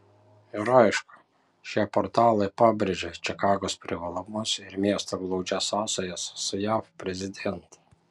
ir aišku šie portalai pabrėžia čikagos privalumus ir miesto glaudžias sąsajas su jav prezidentu